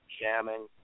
jamming